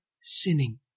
sinning